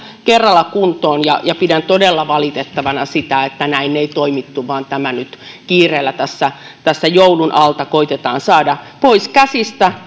kerralla kuntoon pidän todella valitettavana sitä että näin ei toimittu vaan tämä nyt kiireellä tässä tässä joulun alta koetetaan saada pois käsistä